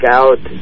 out